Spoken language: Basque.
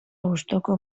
gustuko